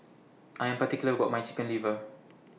I Am particular about My Chicken Liver